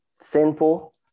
sinful